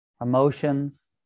emotions